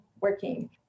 working